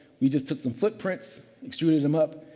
we just took some footprints, extruded them up,